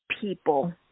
people